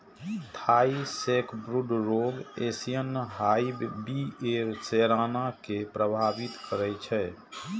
Thai sacbrood रोग Asian hive बी.ए सेराना कें प्रभावित करै छै